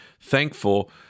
thankful—